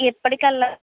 ఎప్పటికల్లా